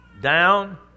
down